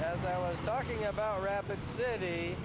as i was talking about rapid city